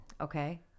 Okay